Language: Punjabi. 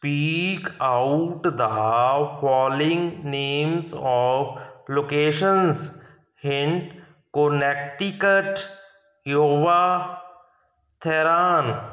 speak out the following names of locations hint Connecticut Iowa Tehran